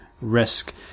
risk